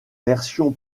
version